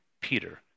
Peter